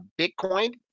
bitcoin